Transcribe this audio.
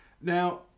Now